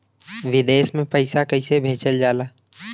विदेश में पैसा कैसे भेजल जाला?